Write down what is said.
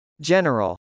General